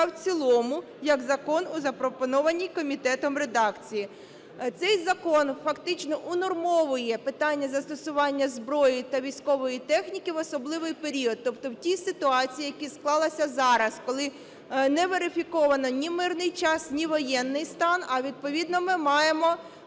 в цілому як закон у запропонованій комітетом редакції. Цей закон фактично унормовує питання застосування зброї та військової техніки в особливий період, тобто в тій ситуації, яка склалася зараз, коли не верифіковано ні мирний час, ні воєнний стан, а відповідно ми маємо